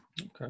Okay